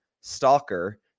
Stalker